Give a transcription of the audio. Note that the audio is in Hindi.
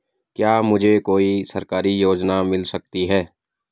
क्या मुझे कोई सरकारी योजना मिल सकती है?